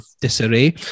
disarray